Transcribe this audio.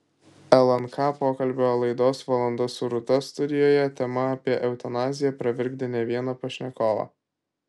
lnk pokalbių laidos valanda su rūta studijoje tema apie eutanaziją pravirkdė ne vieną pašnekovą